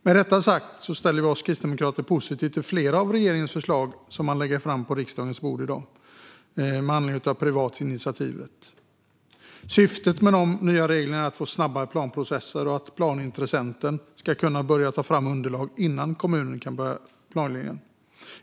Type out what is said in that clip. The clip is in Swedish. Med detta sagt ställer vi kristdemokrater oss positiva till flera av regeringens förslag som läggs på riksdagens bord i dag med anledning av den privata initiativrätten. Syftet med de nya reglerna är att få snabbare planprocesser och att planintressenten ska kunna ta fram underlag innan kommunen börjar planläggningen.